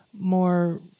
more